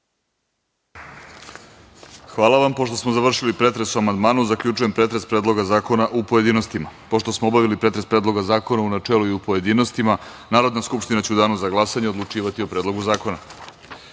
Hvala vam. Pošto smo razvršili pretres o amandmanu, zaključujem pretres Predloga zakona u pojedinostima. Pošto smo obavili pretres Predloga zakona u načelu i u pojedinostima, Narodna skupština će u danu za glasanje odlučivati o Predlogu